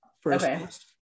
first